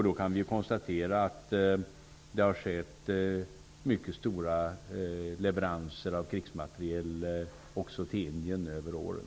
Då kan vi konstatera att det har skett mycket stora leveranser av krigsmateriel också till Indien under åren.